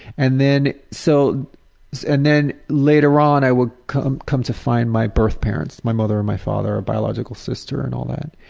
and then so and then later on i would come come to find my birth parents, my mother and my father and biological sister and all that.